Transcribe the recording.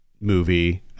movie